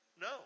No